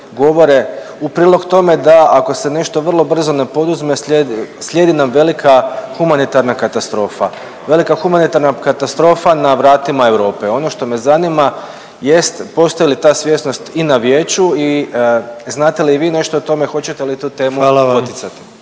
govore u prilog tome da ako se nešto vrlo brzo ne poduzme slijedi nam velika humanitarna katastrofa, velika humanitarna katastrofa na vratima Europe. Ono što me zanima jest postoji li ta svjesnost i na Vijeću i znate li i vi nešto o tome hoćete li tu temu poticati?